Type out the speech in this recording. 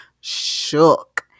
shook